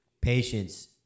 patience